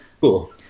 Cool